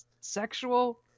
sexual